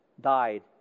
died